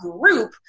group